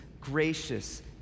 gracious